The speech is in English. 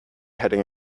heading